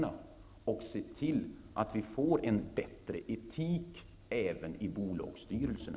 Vi vill se till att det blir en bättre etik även i bolagsstyrelserna.